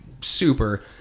super